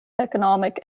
economic